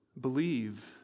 believe